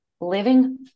living